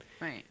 Right